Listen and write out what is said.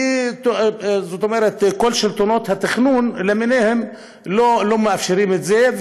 כי כל שלטונות התכנון למיניהם לא מאפשרים את זה,